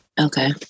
Okay